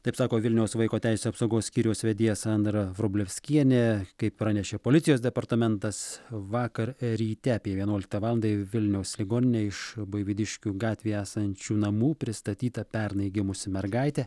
taip sako vilniaus vaiko teisių apsaugos skyriaus vedėja sandra vrublevskienė kaip pranešė policijos departamentas vakar ryte apie vienuoliktą valandą į vilniaus ligoninę iš buivydiškių gatvėje esančių namų pristatyta pernai gimusi mergaitė